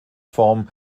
form